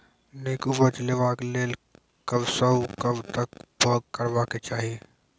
नीक उपज लेवाक लेल कबसअ कब तक बौग करबाक चाही?